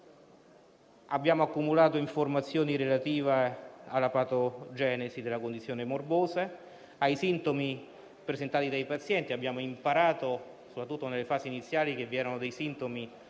Abbiamo accumulato informazioni relative alla patogenesi della condizione morbosa e ai sintomi presentati dai pazienti; abbiamo imparato, soprattutto nelle fasi iniziali, che vi erano sintomi inizialmente